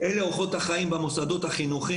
אלה "אורחות החיים" במוסדות החינוכיים,